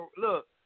Look